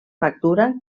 factura